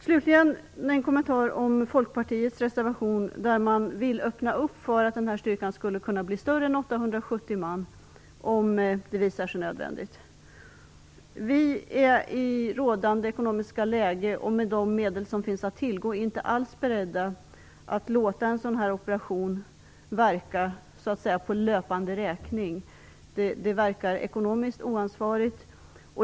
Slutligen en kommentar till Folkpartiets reservation, i vilken man vill öppna för att den svenska truppstyrkan skulle kunna bli större än 870 man, om det visar sig nödvändigt. Vi är i rådande ekonomiska läge och med de medel som finns att tillgå inte alls beredda att låta en sådan här operation verka så att säga på löpande räkning. Det verkar ekonomiskt oansvarigt.